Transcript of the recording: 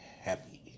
happy